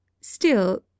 Still